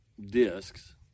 discs